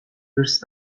first